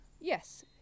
Yes